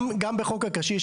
גם בחוק הקשיש,